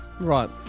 Right